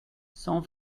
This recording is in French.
cent